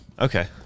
Okay